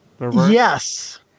Yes